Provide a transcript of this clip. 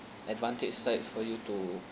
advantage side for you too